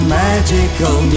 magical